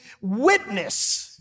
witness